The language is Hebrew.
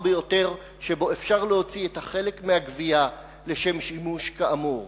ביותר שבו אפשר להוציא את החלק מהגווייה לשם שימוש כאמור.